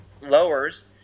lowers